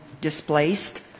displaced